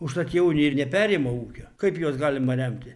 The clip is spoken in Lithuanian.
užtat jauni ir neperima ūkio kaip juos galima remti